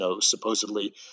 supposedly